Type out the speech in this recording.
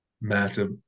massive